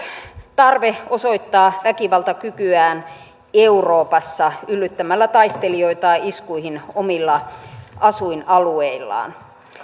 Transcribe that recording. tarve osoittaa väkivaltakykyään euroopassa yllyttämällä taistelijoita iskuihin omilla asuinalueillaan